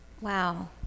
wow